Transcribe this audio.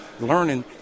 Learning